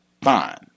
fine